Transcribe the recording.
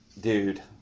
Dude